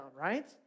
right